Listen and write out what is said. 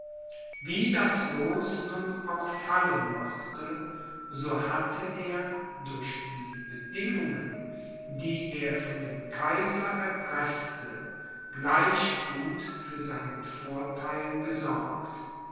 wie das loos nun auch fallen mochte so hatte er durch die bedingungen die er von dem kaiser erpreßte gleich gut für seinen vortheil gesorgt